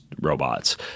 robots